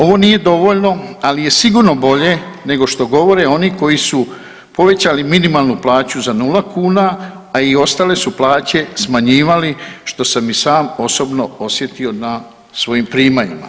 Ovo nije dovoljno, ali je sigurno bolje nego što govore oni koji su povećali minimalnu plaću za 0,00 kuna, a i ostale su plaće smanjivali što sam i sam osobno osjetio na svojim primanjima.